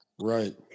Right